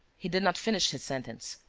he did not finish his sentence.